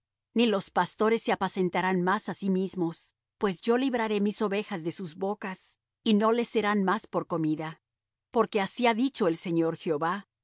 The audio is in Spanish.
ni los pastores se apacentarán más á sí mismos pues yo libraré mis ovejas de sus bocas y no les serán más por comida porque así ha dicho el señor jehová